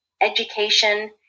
education